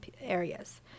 areas